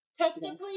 technically